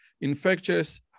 Infectious